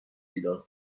بیدار